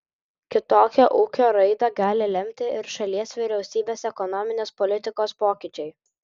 kitokią ūkio raidą gali lemti ir šalies vyriausybės ekonominės politikos pokyčiai